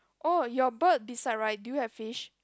oh your bird beside right do you have fish